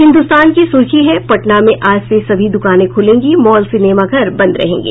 हिन्दुस्तान की सुर्खी है पटना में आज से सभी दुकानें खुलेंगी मॉल सिनेमाघर बंद रहेंगे